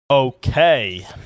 Okay